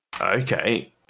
Okay